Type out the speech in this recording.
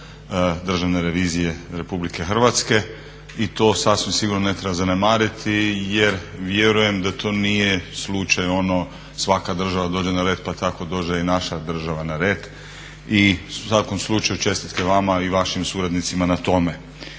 državne revizije Republike Hrvatske i to sasvim sigurno ne treba zanemariti jer vjerujem da to nije slučaj ono svaka država dođe na red pa tako dođe i naša država na red. I u svakom slučaju čestite vama i vašim suradnicima na tome.